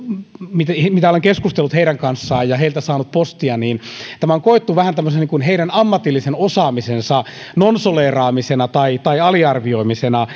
kun olen keskustellut heidän kanssaan ja heiltä saanut postia vähän tämmöisenä heidän ammatillisen osaamisensa nonseleeraamisena tai tai aliarvioimisena